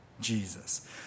Jesus